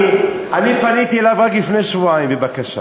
אני פניתי אליו רק לפני שבועיים בבקשה,